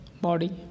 body